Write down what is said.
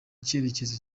cyerekezo